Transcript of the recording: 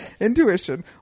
intuition